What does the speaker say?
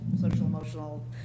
social-emotional